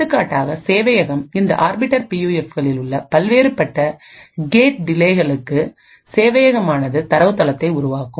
எடுத்துக்காட்டாக சேவையகம் இந்த ஆர்பிட்டர் பியூஎஃப்களில் உள்ள பல்வேறுபட்ட கேட் டிலேகளுக்கு சேவையகம் ஆனது தரவுத்தளத்தை உருவாக்கும்